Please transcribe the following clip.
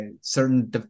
certain